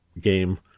game